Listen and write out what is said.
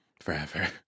forever